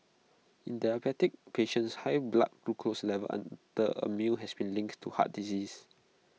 in diabetic patients high blood glucose levels under A meal has been linked to heart disease